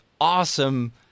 awesome